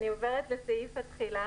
התקבל פה-אחד.